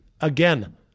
Again